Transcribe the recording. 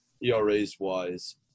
ERAs-wise